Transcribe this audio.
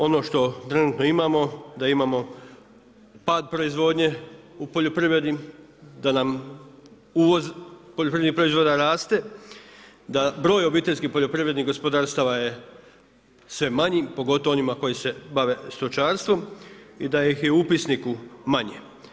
Ono što trenutno imamo, da imamo pad proizvodnje u poljoprivredi, da nam uvoz poljoprivrednih proizvoda raste, da broj obiteljskih poljoprivrednih gospodarstava je sve manji pogotovo onima koji se bave stočarstvom i da ih je u upisniku manje.